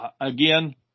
again